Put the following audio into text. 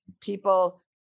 people